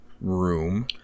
room